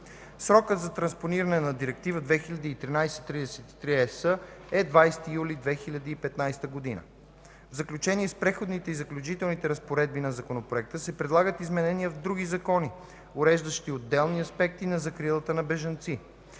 Срокът за транспониране на Директива 2013/33/ЕС е 20 юли 2015 г. В заключение, с Преходните и заключителните разпоредби на Законопроекта се предлагат изменения в други закони, уреждащи отделни аспекти на закрилата на бежанци